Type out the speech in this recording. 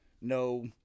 No